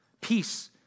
peace